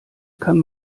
kann